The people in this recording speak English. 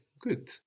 Good